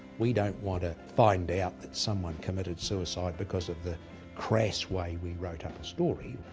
we don't want to find out that someone committed suicide because of the crass way we wrote up a story.